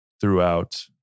throughout